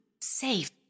safe